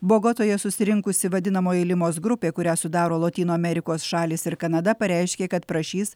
bogotoje susirinkusi vadinamoji limos grupė kurią sudaro lotynų amerikos šalys ir kanada pareiškė kad prašys